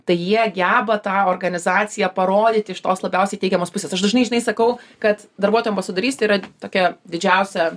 tai jie geba tą organizaciją parodyti iš tos labiausiai teigiamos pusės aš dažnai žinai sakau kad darbuotojų ambasadorystė yra tokia didžiausia